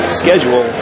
schedule